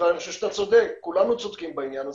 ואני חושב שאתה צודק, כולנו צודקים בעניין הזה,